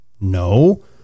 No